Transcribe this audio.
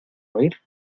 oír